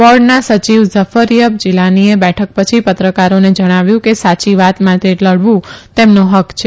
બોર્ડના સચિવ ઝફરયબ જીલાનીએ બેઠક પછી પત્રકારોને જણાવ્યું કે સાચી વાત માટે લડવુ તેમનો ફક છે